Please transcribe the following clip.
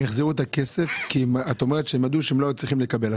הם החזירו את הכסף כי את אומרת שהם ידעו שהם לא היו צריכים לקבל.